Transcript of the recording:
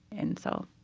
and so